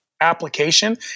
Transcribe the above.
application